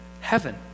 heaven